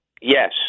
Yes